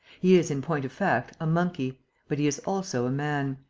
he is, in point of fact, a monkey but he is also a man.